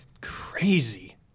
crazy